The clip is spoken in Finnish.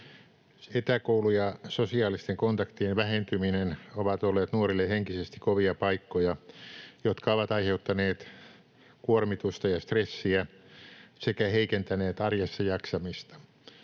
Etäkoulu ja sosiaalisten kontaktien vähentyminen ovat olleet nuorille henkisesti kovia paikkoja, jotka ovat aiheuttaneet kuormitusta ja stressiä sekä heikentäneet arjessa jaksamista.